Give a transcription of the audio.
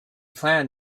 plan